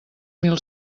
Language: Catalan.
mil